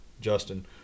Justin